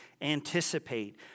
anticipate